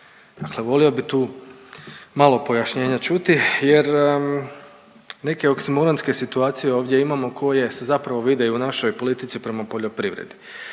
Dakle, volio bih tu malo pojašnjenja čuti, jer neke oksimoronske situacije ovdje imamo koje se zapravo vide i u našoj politici prema poljoprivredi.